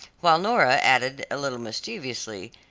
while nora added a little mischievously,